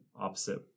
opposite